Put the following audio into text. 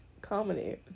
comedy